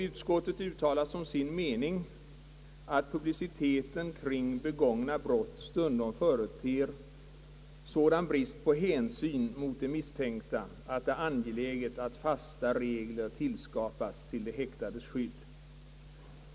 Utskottet uttalar som sin mening att publiciteten omkring begångna brott stundom företer sådan brist på hänsyn mot de misstänkta att det är angeläget att fasta regler tillskapas till de häktades skydd.